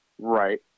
Right